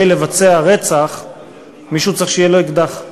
לבצע רצח מישהו צריך שיהיה לו אקדח,